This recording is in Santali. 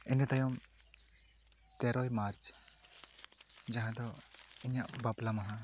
ᱤᱱᱟᱹ ᱛᱟᱭᱚᱢ ᱛᱮᱨᱚᱭ ᱢᱟᱨᱪ ᱡᱟᱦᱟᱸ ᱫᱚ ᱤᱧᱟ ᱜ ᱵᱟᱯᱞᱟ ᱢᱟᱦᱟ